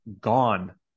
gone